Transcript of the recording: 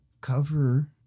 cover